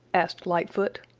asked lightfoot.